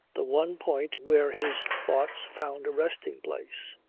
the one point where his thoughts found a resting-place,